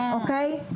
אוקיי?